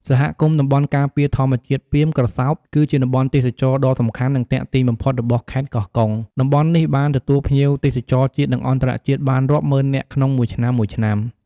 សហគមន៍តំបន់ការពារធម្មជាតិ ពាមក្រសោប គឺជាតំបន់ទេសចរណ៍ដ៏សំខាន់ និងទាក់ទាញបំផុតរបស់ខេត្តកោះកុង តំបន់នេះបានទទួលភ្ញៀវទេសចរជាតិ និងអន្តរជាតិ បានរាប់ម៉ឺននាក់ក្នុងមួយឆ្នាំៗ។